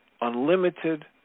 unlimited